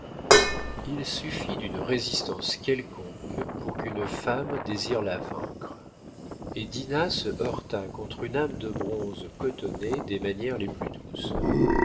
il suffit d'une résistance quelconque pour qu'une femme désire la vaincre et dinah se heurta contre une âme de bronze cotonnée des manières les plus douces